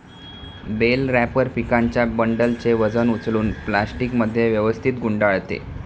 bell wrapper पिकांच्या बंडलचे वजन उचलून प्लास्टिकमध्ये व्यवस्थित गुंडाळते